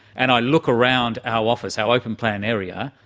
and i look around our office, our open plan area,